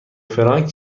فرانک